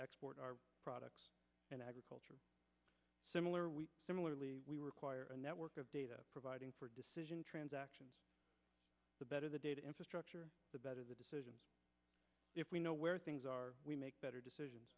export our products in agriculture similar we similarly we require a network of data providing for decision transactions the better the data infrastructure the better the decisions if we know where things are we make better decisions